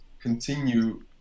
continue